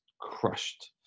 crushed